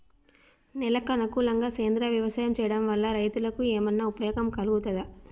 నేలకు అనుకూలంగా సేంద్రీయ వ్యవసాయం చేయడం వల్ల రైతులకు ఏమన్నా ఉపయోగం కలుగుతదా?